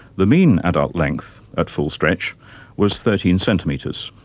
the mean adult length at full stretch was thirteen centimetres,